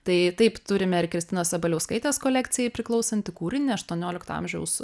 tai taip turime ir kristinos sabaliauskaitės kolekcijai priklausantį kūrinį aštuoniolikto amžiaus